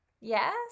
yes